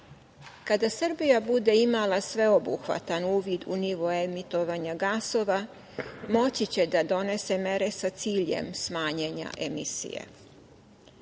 Kada Srbija imala sveobuhvatan uvid u nivo emitovanja gasova moći će da donese mere sa ciljem smanjenja emisije. Predlog